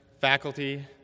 faculty